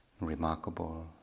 remarkable